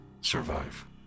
survive